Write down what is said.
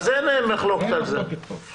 אז אין להם מחלוקת על זה.